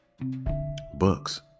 books